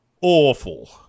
awful